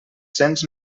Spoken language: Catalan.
cents